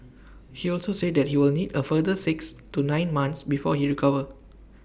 he also said that he will need A further six to nine months before he recover